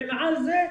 ומעל זה,